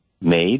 made